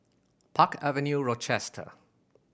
Park Avenue Rochester